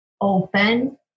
open